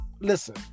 Listen